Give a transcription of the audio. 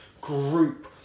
group